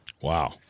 wow